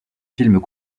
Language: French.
films